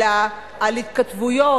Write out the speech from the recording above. אלא על התכתבויות.